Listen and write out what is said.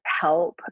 help